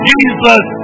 Jesus